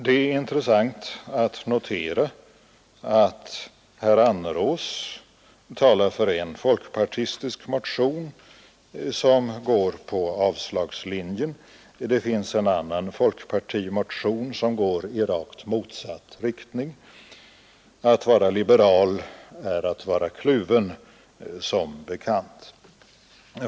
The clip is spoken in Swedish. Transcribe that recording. Det är intressant att notera att herr Annerås talar för en folkpartistisk motion som går på avslagslinjen. Det finns en annan folkpartimotion som går i rakt motsatt riktning. Att vara liberal är att vara kluven, som bekant.